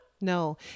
No